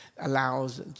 allows